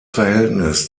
verhältnis